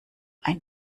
ein